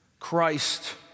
Christ